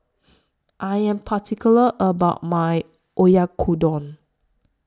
I Am particular about My Oyakodon